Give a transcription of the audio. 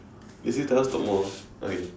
they said tell us to talk more okay